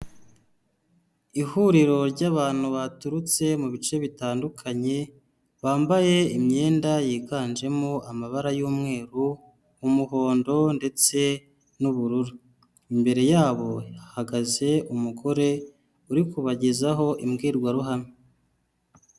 Ihuriro ry'abantu baturutse mu bice bitandukanye, bambaye imyenda yiganjemo amabara y'umweru, umuhondo ndetse n'ubururu. Imbere y'abo hahagaze umugore uri kubagezaho imbwirwaruhame.